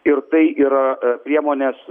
ir tai yra priemonės